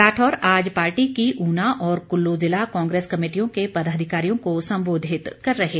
राठौर आज पार्टी की ऊना और कुल्लू जिला कांग्रेस कमेटियों के पदाधिकारियों को संबोधित कर रहे थे